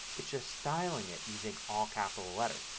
it's just stylizing it using all capital letters.